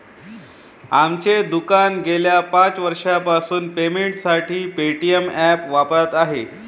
आमचे दुकान गेल्या पाच वर्षांपासून पेमेंटसाठी पेटीएम ॲप वापरत आहे